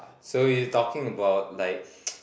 so you talking about like